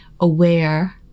aware